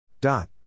Dot